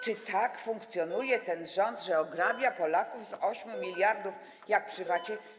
Czy tak funkcjonuje ten rząd, że ograbia Polaków z 8 mld jak przy VAT?